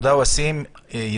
ואסים, תודה.